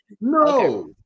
No